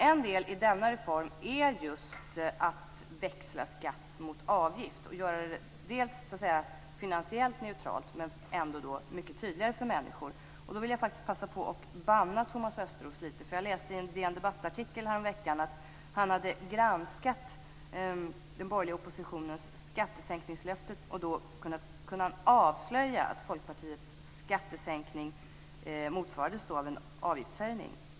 En del i denna reform är just att växla skatt mot avgift och att göra det finansiellt neutralt men så att det ändå blir mycket tydligare för människor. Jag vill passa på att banna Thomas Östros litet. Jag läste i en debattartikel i DN häromveckan att han hade granskat den borgerliga oppositionens skattesänkningslöften, och då kunde han avslöja att Folkpartiets skattesänkning motsvaras av en avgiftshöjning.